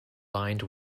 lined